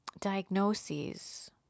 diagnoses